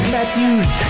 Matthews